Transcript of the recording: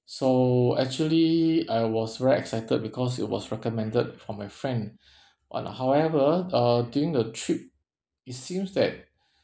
so actually I was very excited because it was recommended from my friend uh however uh during the trip it seems that